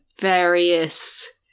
various